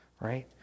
Right